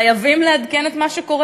חייבים לעדכן את מה שקורה